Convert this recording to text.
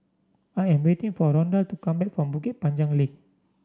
I am waiting for Rondal to come back from Bukit Panjang Link